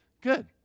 Good